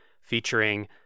featuring